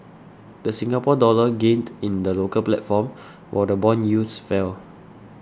the Singapore Dollar gained in the local platform while bond yields fell